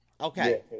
Okay